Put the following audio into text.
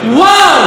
וואו,